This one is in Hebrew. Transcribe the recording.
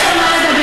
יש על מה לדבר.